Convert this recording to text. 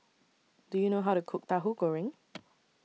Do YOU know How to Cook Tahu Goreng